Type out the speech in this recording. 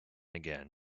again